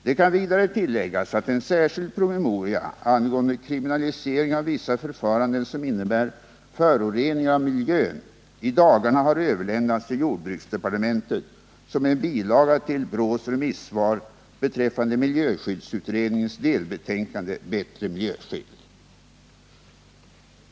Det kan vidare tilläggas att en särskild promemoria angående kriminalisering av vissa förfaranden som innebär förorening av miljö i dagarna har överlämnats till jordbruksdepartementet som en bilaga till BRÅ:s remissvar beträffande miljöskyddsutredningens delbetänkande Bättre miljöskydd.